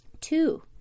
two